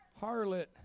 harlot